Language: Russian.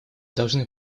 должны